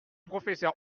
professeur